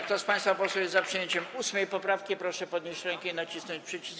Kto z państwa posłów jest za przyjęciem 8. poprawki, proszę podnieść rękę i nacisnąć przycisk.